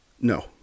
No